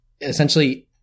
essentially